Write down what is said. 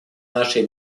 нашей